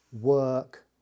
work